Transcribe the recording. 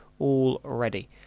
already